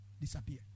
disappear